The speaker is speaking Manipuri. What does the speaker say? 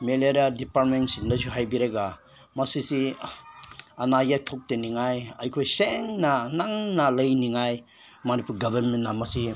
ꯃꯦꯂꯦꯔꯤꯌꯥ ꯗꯤꯄꯥꯔꯃꯦꯟꯁꯤꯡꯗꯁꯨ ꯍꯥꯏꯕꯤꯔꯒ ꯃꯁꯤꯁꯤ ꯑꯅꯥ ꯑꯌꯦꯛ ꯊꯣꯛꯇꯅꯤꯡꯉꯥꯏ ꯑꯩꯈꯣꯏ ꯁꯦꯡꯅ ꯅꯥꯟꯅ ꯂꯩꯅꯤꯡꯉꯥꯏ ꯃꯅꯤꯄꯨꯔ ꯒꯦꯕꯔꯃꯦꯟꯅ ꯃꯁꯤ